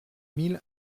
mille